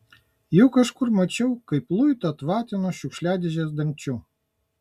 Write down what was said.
juk kažkur mačiau kaip luitą tvatino šiukšliadėžės dangčiu